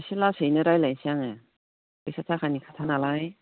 एसे लासैहाय रायज्लायनसै आङो फैसा थाखानि खोथा नालाय